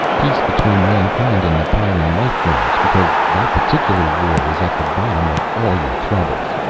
peace between mankind and the pyrran life forms because that particular war is at the bottom of all your troubles.